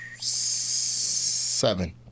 Seven